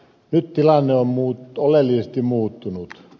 nyt tilanne on oleellisesti muuttunut